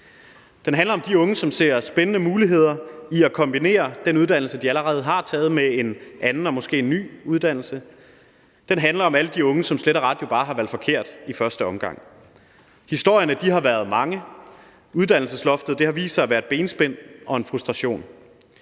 Det handler om de unge, som ser spændende muligheder i at kombinere den uddannelse, de allerede har taget, med en anden og måske ny uddannelse. Det handler om alle de unge, som slet og ret bare har valgt forkert i første omgang. Historierne har været mange. Uddannelsesloftet har vist sig at være et benspænd og en kilde til